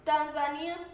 Tanzania